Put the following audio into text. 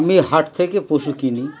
আমি হাট থেকে পশু কিনি